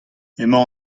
emañ